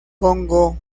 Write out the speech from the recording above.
congo